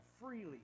freely